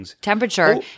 temperature